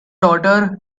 daughter